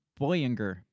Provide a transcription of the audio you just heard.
Boyinger